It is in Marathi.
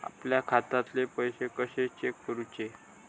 आपल्या खात्यातले पैसे कशे चेक करुचे?